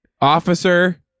Officer